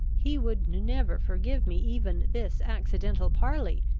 he would never forgive me even this accidental parley,